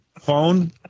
phone